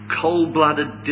cold-blooded